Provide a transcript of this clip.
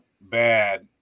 bad